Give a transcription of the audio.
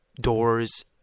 doors